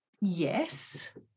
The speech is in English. yes